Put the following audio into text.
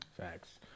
Facts